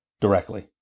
directly